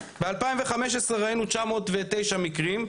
ב-2015 ראינו 909 מקרים,